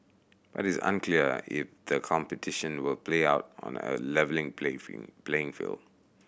but it is unclear if the competition will play out on a leveling play fielding playing field